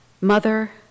Mother